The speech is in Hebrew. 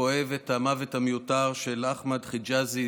כואב את המוות המיותר של אחמד חג'אזי,